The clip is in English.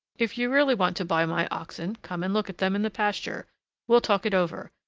if you really want to buy my oxen, come and look at them in the pasture we'll talk it over,